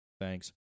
thanks